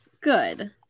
Good